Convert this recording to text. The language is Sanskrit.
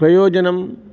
प्रयोजनम्